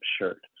shirt